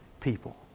people